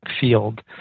field